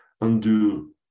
undo